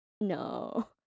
No